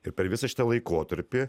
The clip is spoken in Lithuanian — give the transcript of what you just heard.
ir per visą šitą laikotarpį